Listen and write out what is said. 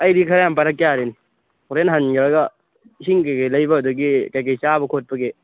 ꯑꯩꯗꯤ ꯈꯔꯌꯥꯝ ꯄꯥꯏꯔꯛ ꯌꯥꯔꯤꯅꯤ ꯍꯣꯔꯦꯟ ꯍꯟꯈ꯭ꯔꯒ ꯏꯁꯤꯡ ꯀꯩꯀꯩ ꯂꯩꯕ ꯑꯗꯒꯤ ꯀꯩꯀꯩ ꯆꯥꯕ ꯈꯣꯠꯄꯒꯤ